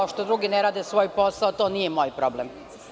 To što drugi ne rade svoj posao, to nije moj problem.